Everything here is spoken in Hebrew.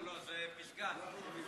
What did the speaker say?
לא, זה מפגש פסגה.